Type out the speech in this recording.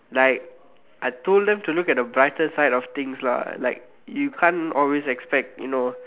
like I told them to look at a brighter side of things lah like you can't always expect you know